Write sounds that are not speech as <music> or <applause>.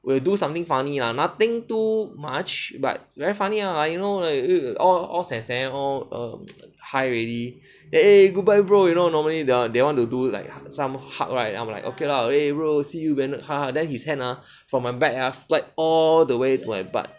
will do something funny lah nothing too much but very funny lah you know like <noise> all all seh seh <noise> high already eh goodbye bro you know normally the they want to do like some hug right I'm like okay lah eh bro see you then we hug then his hand ah from my back ah slide all the way to my butt